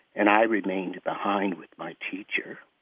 and i remained behind with my teacher.